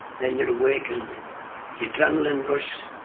then you're awake and the adrenaline rush,